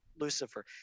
Lucifer